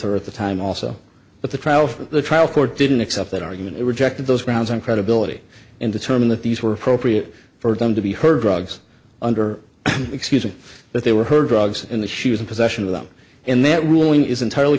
her at the time also but the trial for the trial court didn't accept that argument rejected those grounds and credibility and determine that these were appropriate for them to be heard drugs under excuses that they were her drugs in the she was in possession of them and that ruling is entirely